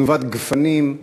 תנובת גפנים,